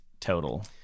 total